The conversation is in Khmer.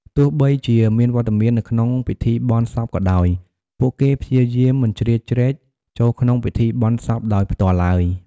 ទោះបីជាមានវត្តមាននៅក្នុងពិធីបុណ្យសពក៏ដោយ ពួកគេព្យាយាមមិនជ្រៀតជ្រែកចូលក្នុងពិធីបុណ្យសពដោយផ្ទាល់ឡើយ។